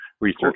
research